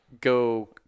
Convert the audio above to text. go